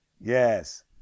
yes